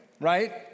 right